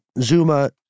zuma